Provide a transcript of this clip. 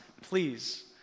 please